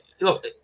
look